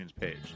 page